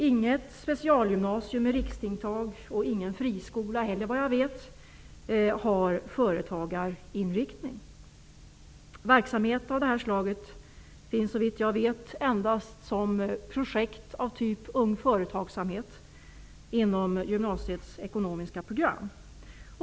Inget specialgymnasium med riksintag och, vad jag vet, ingen friskola har utbildning med företagarinriktning. Verksamhet av detta slag finns, såvitt jag vet, endast som projekt såsom Ung företagsamhet, inom gymnasiets ekonomiska program.